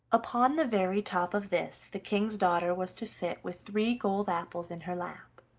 upon the very top of this the king's daughter was to sit with three gold apples in her lap,